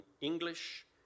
English